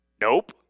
Nope